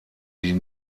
die